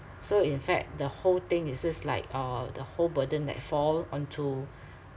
so in fact the whole thing is just like uh the whole burden that fall onto